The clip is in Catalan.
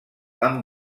amb